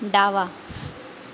डावा